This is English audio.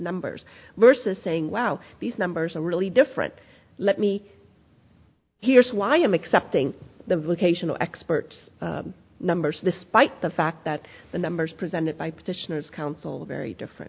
numbers versus saying wow these numbers are really different let me here's why i'm accepting the vocational expert numbers despite the fact that the numbers presented by petitioners council very different